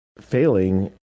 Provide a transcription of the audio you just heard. failing